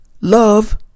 love